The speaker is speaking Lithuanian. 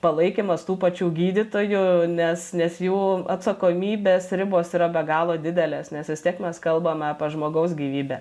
palaikymas tų pačių gydytojų nes nes jų atsakomybės ribos yra be galo didelės nes vis tiek mes kalbame apie žmogaus gyvybę